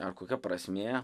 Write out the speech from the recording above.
ar kokia prasmė